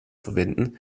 verwenden